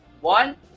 one